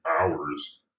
hours